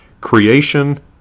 creation